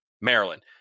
Maryland